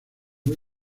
muy